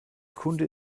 kunde